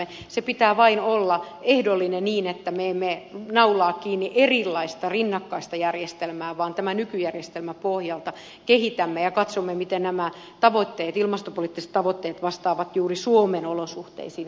sen pitää vain olla ehdollinen niin että me emme naulaa kiinni erilaista rinnakkaista järjestelmää vaan tämän nykyjärjestelmän pohjalta kehitämme ja katsomme miten nämä ilmastopoliittiset tavoitteet vastaavat juuri suomen olosuhteisiin